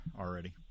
already